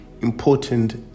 important